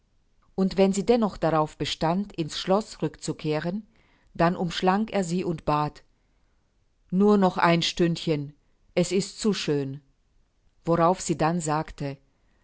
und wenn sie dennoch darauf bestand in's schloß rückzukehren dann umschlang er sie und bat nur noch ein stündchen es ist zu schön worauf sie dann sagte